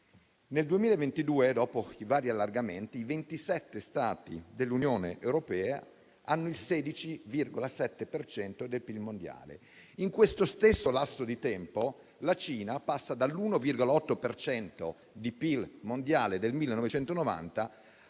Nel 2022, dopo i vari allargamenti, i 27 Stati dell'Unione europea hanno il 16,7 per cento del PIL mondiale. In questo stesso lasso di tempo, la Cina passa dall'1,8 per cento di PIL mondiale del 1990